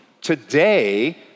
today